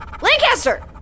Lancaster